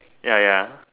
ya ya